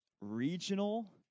regional